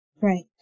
right